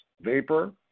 vapor